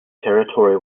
territory